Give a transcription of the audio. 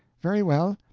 very well.